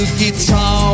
guitar